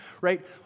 right